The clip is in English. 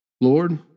Lord